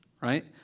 right